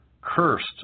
Cursed